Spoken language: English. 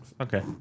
Okay